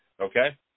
Okay